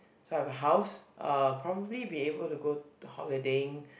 so I've a house uh probably be able to go the holidaying